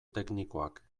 teknikoak